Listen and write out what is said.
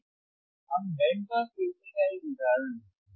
आइए हम band pass filter का एक उदाहरण लेते हैं